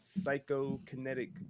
psychokinetic